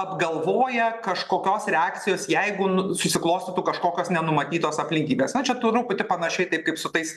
apgalvoję kažkokios reakcijos jeigu susiklostytų kažkokios nenumatytos aplinkybės nu čia truputį panašiai taip kaip su tais